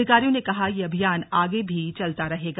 अधिकारियों ने कहा यह अभियान आगे भी चलता रहेगा